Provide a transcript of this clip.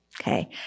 Okay